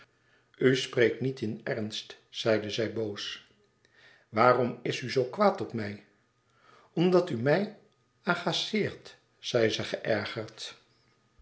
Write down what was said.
spreekt niet in ernst zeide zij boos waarom is u zoo kwaad op mij omdat u mij agaceert zeide zij geërgerd